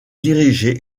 dirigé